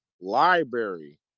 Library